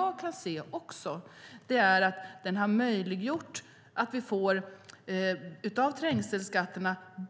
Trängselskatterna möjliggör att vi kan få